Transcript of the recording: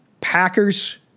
Packers